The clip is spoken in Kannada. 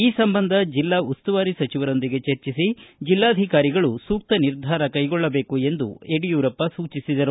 ಈ ಸಂಬಂಧ ಜಿಲ್ಲಾ ಉಸ್ತುವಾರಿ ಸಚಿವರೊಂದಿಗೆ ಚರ್ಚಿಸಿ ಜಿಲ್ಲಾಧಿಕಾರಿಗಳು ಸೂಕ್ತ ನಿರ್ಧಾರ ಕೈಗೊಳ್ಳಬೇಕು ಎಂದು ಯಡಿಯೂರಪ್ಪ ಸೂಚಿಸಿದರು